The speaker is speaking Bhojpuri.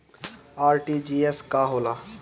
आर.टी.जी.एस का होला?